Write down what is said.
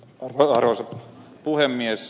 arvoisa puhemies